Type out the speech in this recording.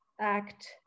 act